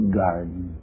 garden